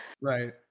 Right